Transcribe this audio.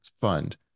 fund